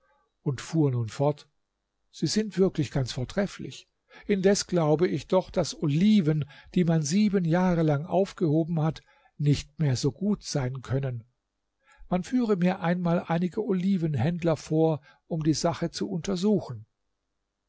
und fuhr nun fort sie sind wirklich ganz vortrefflich indes glaubte ich doch daß oliven die man sieben jahre lang aufgehoben hat nicht mehr so gut sein können man führe mir einmal einige olivenhändler vor um die sache zu untersuchen